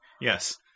Yes